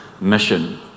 mission